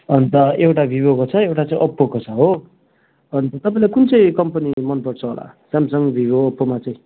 अन्त एउटा भिभोको छ एउटा चाहिँ ओप्पोको छ हो अन्त तपाईँलाई कुन चाहिँ कम्पनी मनपर्छ होला स्यामसङ भिभो ओप्पोमा चाहिँ